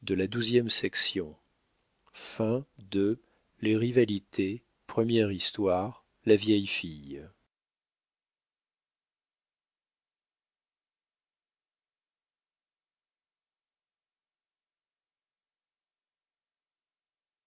rivalités première histoire la vieille fille